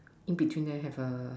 in between there have a